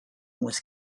was